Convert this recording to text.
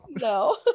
No